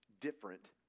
different